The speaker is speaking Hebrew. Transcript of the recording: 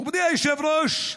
מכובדי היושב-ראש,